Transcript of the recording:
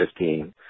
2015